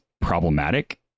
problematic